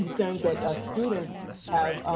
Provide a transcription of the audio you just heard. concerns that ah students have.